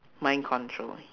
mind control